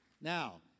Now